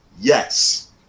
yes